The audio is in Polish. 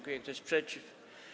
Kto jest przeciw?